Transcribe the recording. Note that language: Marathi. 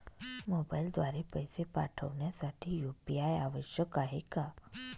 मोबाईलद्वारे पैसे पाठवण्यासाठी यू.पी.आय आवश्यक आहे का?